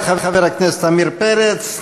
תודה לחבר הכנסת עמיר פרץ.